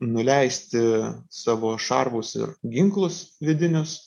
nuleisti savo šarvus ir ginklus vidinius